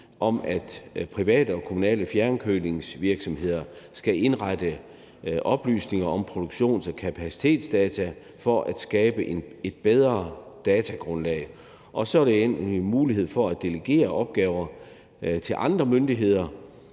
om, at private og kommunale fjernkølingsvirksomheder skal indberette oplysninger om produktions- og kapacitetsdata for at skabe et bedre datagrundlag, og endelig er det mulighed for at delegere opgaver til andre myndigheder,